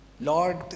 Lord